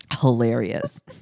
Hilarious